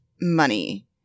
money